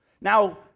Now